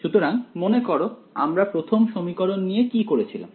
সুতরাং মনে করো আমরা প্রথম সমীকরণ নিয়ে কি করেছিলাম